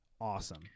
awesome